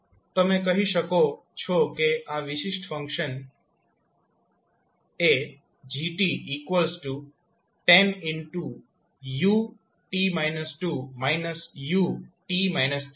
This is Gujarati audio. તમે કહી શકો છો કે આ ફંક્શન g 10ut − 2 − ut − 3 છે